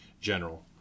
general